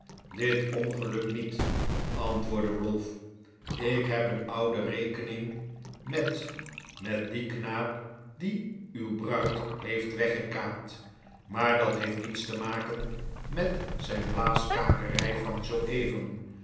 dit ongeluk niet antwoordde ralph ik heb een oude rekening met met dien knaap die uw bruid heeft weggekaapt maar dat heeft niets te maken met zijn blaaskakerij van zooeven